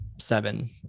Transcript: Seven